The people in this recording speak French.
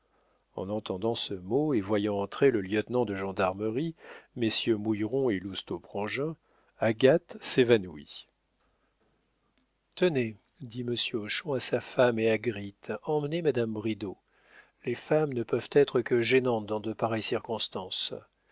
en entendant ce mot et voyant entrer le lieutenant de gendarmerie messieurs mouilleron et lousteau prangin agathe s'évanouit tenez dit monsieur hochon à sa femme et à gritte emmenez madame bridau les femmes ne peuvent être que gênantes dans de pareilles circonstances